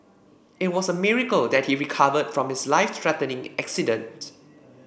it was a miracle that he recovered from his life threatening accident